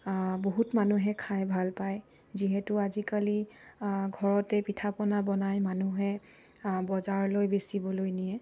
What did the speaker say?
বহুত মানুহে খাই ভাল পায় যিহেতু আজিকালি ঘৰতেই পিঠা পনা বনাই মানুহে বজাৰলৈ বেচিবলৈ নিয়ে